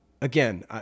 again